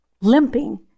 limping